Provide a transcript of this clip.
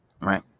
right